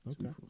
Okay